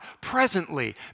presently